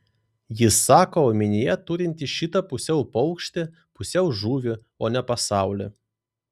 jis sako omenyje turintis šitą pusiau paukštį pusiau žuvį o ne pasaulį